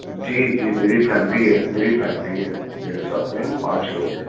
جی جی میری فیملی ہے میری فیملی ہے میرے ساتھ میں ہم پانچ لوگ ہیں